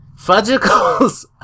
Fudgicles